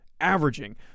averaging